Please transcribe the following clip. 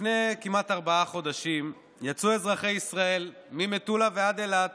לפני כמעט ארבעה חודשים יצאו אזרחי מדינת ישראל ממטולה עד אילת